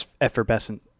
effervescent